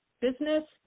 business